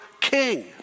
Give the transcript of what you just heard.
king